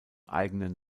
eigenen